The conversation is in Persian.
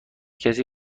کسی